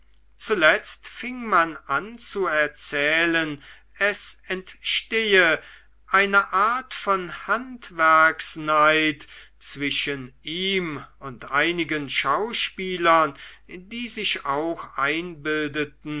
zuletzt fing man an zu erzählen es entstehe eine art von handwerksneid zwischen ihm und einigen schauspielern die sich auch einbildeten